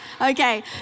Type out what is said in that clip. Okay